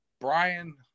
Brian